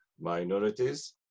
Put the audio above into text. minorities